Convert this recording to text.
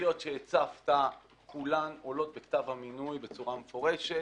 הסוגיות שהצפת כולן עולות בכתב המינוי בצורה מפורשת